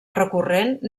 recurrent